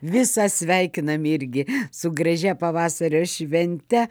visą sveikinam irgi su gražia pavasario švente